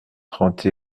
trente